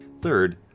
Third